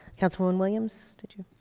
councilwoman williams, did you?